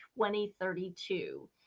2032